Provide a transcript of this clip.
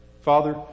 Father